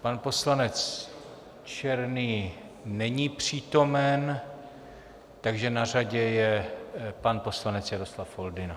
Pan poslanec Černý není přítomen, takže na řadě je pan poslanec Jaroslav Foldyna.